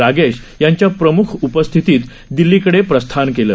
राकेशयांच्याप्रम्खउपस्थितदिल्लीकडेप्रस्थान केलं